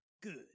Good